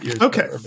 Okay